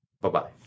Bye-bye